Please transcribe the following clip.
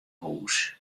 hús